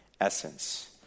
essence